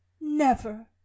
Never